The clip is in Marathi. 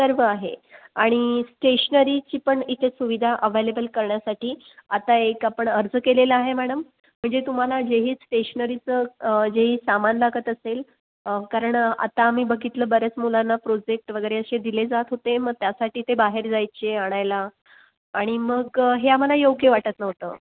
सर्व आहे आणि स्टेशनरीची पण इथे सुविधा अव्हॅलेबल करण्यासाठी आता एक आपण अर्ज केलेला आहे मॅडम म्हणजे तुम्हाला जे ही स्टेशनरीचं जेही सामान लागत असेल कारण आता आम्ही बघितलं बऱ्याच मुलांना प्रोजेक्ट वगैरे असे दिले जात होते मग त्यासाठी ते बाहेर जायचे आणायला आणि मग हे आम्हाला योग्य वाटत नव्हतं